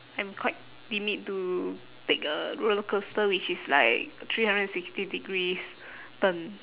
I am quite timid to take a rollercoaster which is like three hundred and sixty degrees turn